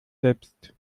selbst